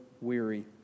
weary